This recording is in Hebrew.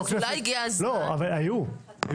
אז אולי הגיע הזמן --- היו דיונים.